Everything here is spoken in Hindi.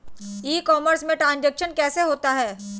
ई कॉमर्स में ट्रांजैक्शन कैसे होता है?